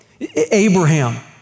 Abraham